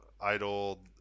Idle